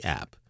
app